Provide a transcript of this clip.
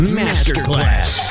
masterclass